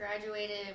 graduated